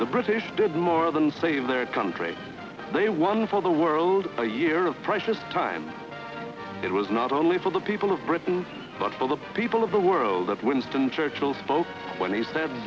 the british did more than save their country they won for the world a year of precious time it was not only for the people of britain but for the people of the world that winston churchill spoke when he said